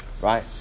Right